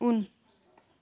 उन